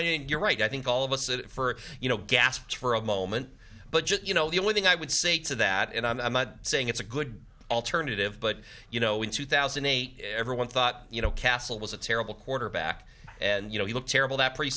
and you're right i think all of us it for you know gasps for a moment but just you know the only thing i would say to that and i'm not saying it's a good alternative but you know in two thousand and eight everyone thought you know cassell was a terrible quarterback and you know he looked terrible that pre